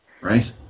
Right